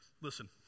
listen